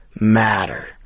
matter